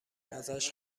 ازش